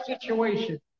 situation